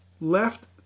left